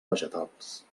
vegetals